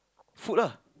food ah